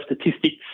Statistics